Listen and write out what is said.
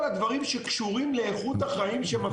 כל הדברים שקשורים לאיכות החיים שמפריעה לתושב.